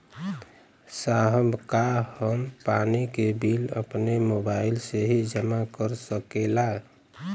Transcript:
साहब का हम पानी के बिल अपने मोबाइल से ही जमा कर सकेला?